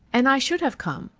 and i should have come.